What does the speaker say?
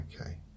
Okay